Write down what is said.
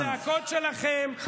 הצעקות שלכם לא מרשימות אותי.